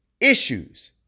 issues